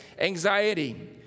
Anxiety